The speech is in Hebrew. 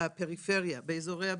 בפריפריה, באזורי הביקוש.